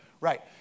Right